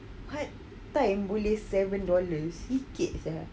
part time boleh seven dollars sikit saja